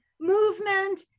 movement